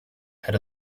had